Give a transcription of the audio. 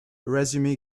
resume